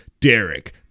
Derek